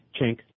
chink